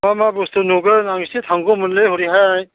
मा मा बुस्थु नुगोन आं इसे थांगौमोन हरैहाय